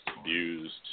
abused